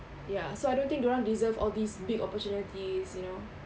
ya so I don't think dorang deserve all these big opportunities you know